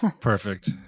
Perfect